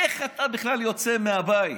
איך אתה בכלל יוצא מהבית?